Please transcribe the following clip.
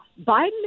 Biden